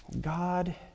God